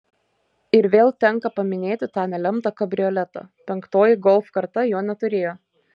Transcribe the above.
ir vėl tenka paminėti tą nelemtą kabrioletą penktoji golf karta jo neturėjo